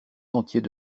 sentiers